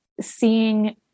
seeing